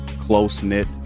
close-knit